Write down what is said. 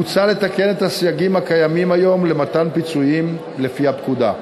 מוצע לתקן את הסייגים הקיימים היום למתן פיצויים לפי הפקודה.